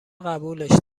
قبولش